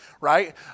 right